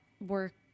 work